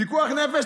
פיקוח נפש,